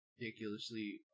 ridiculously